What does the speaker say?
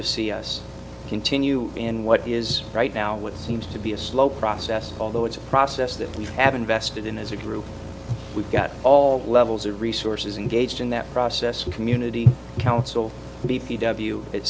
to see us continue in what is right now what seems to be a slow process although it's a process that we have invested in as a group we've got all levels of resources engaged in that process community council b